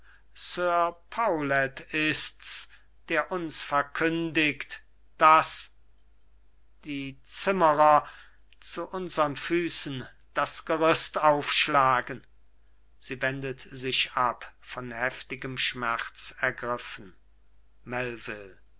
paulet ist's der uns verkündigt daß die zimmerer zu unsern füßen das gerüst aufschlagen sie wendet sich ab von heftigem schmerz ergriffen